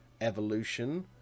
evolution